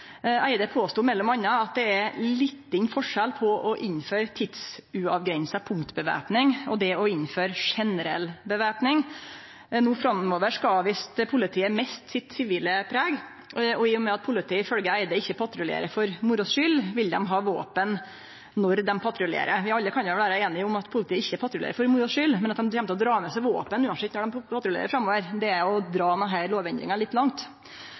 Eide påstod m.a. at det er liten forskjell på det å innføre tidsuavgrensa punktvæpning og det å innføre generell væpning. No framover skal visst politiet miste sitt sivile preg, og i og med at politiet ifølgje Eide ikkje patruljerer for moro skuld, vil dei ha våpen når dei patruljerer. Alle kan vere einige om at politiet ikkje patruljerer for moro skuld, men at dei kjem til å dra med seg våpen uansett når dei patruljerer i tida framover, er å dra denne lovendringa litt langt.